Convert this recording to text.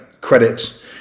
credits